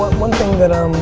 one thing that i